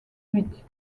huit